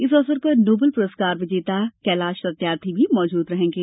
इस अवसर पर नोबेल पुरस्कार विजेता कैलाश सत्यार्थी भी मौजूद रहेंगे